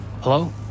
Hello